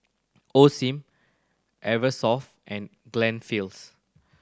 Osim Eversoft and